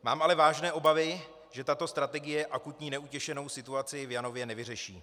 Mám ale vážné obavy, že tato strategie akutní neutěšenou situaci v Janově nevyřeší.